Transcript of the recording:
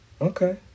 Okay